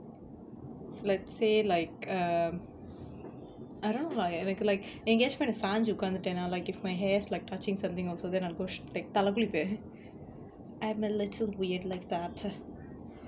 if let's say like um I don't know like எனக்கு:enakku like எங்கயாச்சு போய் நா சாஞ்சு உக்காந்துட்டேனா:engyachum poi naa saanju ukkaanthuttaenaa like if my hair's like touching something also then I'll go sh~ like தல குளிப்பேன்:thala kulippaen I'm a little weird like that